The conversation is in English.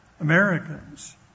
Americans